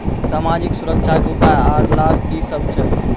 समाजिक सुरक्षा के उपाय आर लाभ की सभ छै?